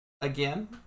again